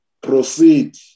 proceed